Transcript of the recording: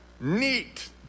neat